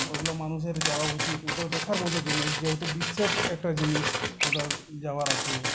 ওগুলো মানুষের যাওয়া উচিত ওটাও দেখার মতো জিনিস যেহেতু বিশ্বের একটা জিনিস ওটা যাওয়ার আছে